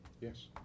Yes